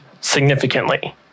significantly